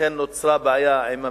לכן נוצרה בעיה עם הממשלה,